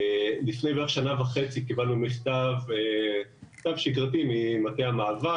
לפני כשנה וחצי קיבלנו מכתב שגרתי ממטה המאבק,